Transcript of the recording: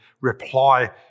reply